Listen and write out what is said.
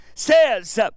Says